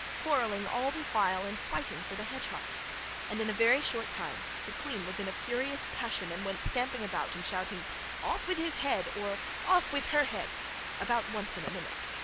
quarrelling all the while, and fighting for the hedgehogs and in a very short time the queen was in a furious passion, and went stamping about, and shouting off with his head or off with her head about once in a minute.